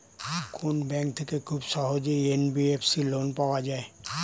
কোন ব্যাংক থেকে খুব সহজেই এন.বি.এফ.সি লোন পাওয়া যায়?